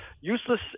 useless